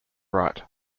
right